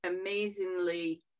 amazingly